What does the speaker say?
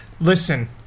Listen